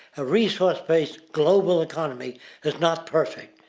a resource based global economy is not perfect,